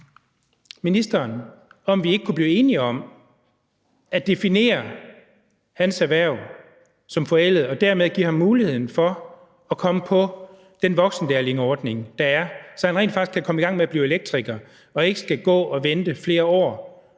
om vi ikke kunne blive enige om at definere hans erhverv som forældet og dermed give ham muligheden for at komme på den voksenlærlingeordning, der er, så han rent faktisk kan komme i gang med at blive elektriker og ikke skal gå og vente flere år